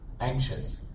anxious